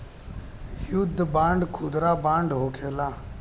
युद्ध बांड खुदरा बांड होखेला